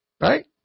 right